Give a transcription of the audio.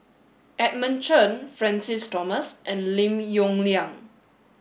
Edmund Chen Francis Thomas and Lim Yong Liang